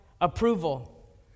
approval